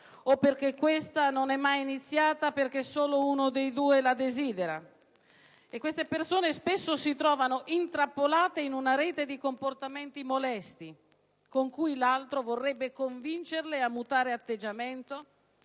interrotta o mai iniziata perché solo uno dei due la desidera. Queste persone spesso si trovano intrappolate in una rete di comportamenti molesti, con cui l'altro vorrebbe convincerle a mutare atteggiamento